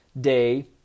day